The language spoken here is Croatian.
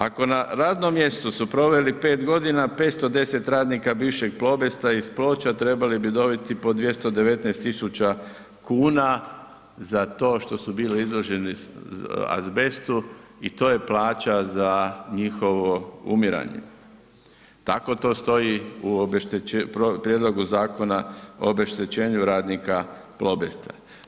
Ako na radnom mjestu su proveli 5.g., 510 radnika bivšeg Plobesta iz Ploča trebali bi dobiti po 219.000,00 kn za to što su bili izloženi azbestu i to je plaća za njihovo umiranje, tako to stoji u prijedlogu Zakona o obeštećenju radnika Plobesta.